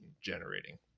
generating